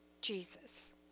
Jesus